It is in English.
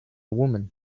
woman